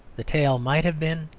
the tale might have been,